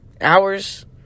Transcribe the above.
Hours